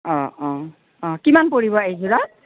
অ অ অ কিমান পৰিব এইযোৰাত